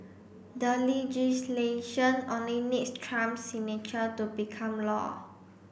the legislation only needs Trump's signature to become law